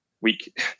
week